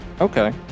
Okay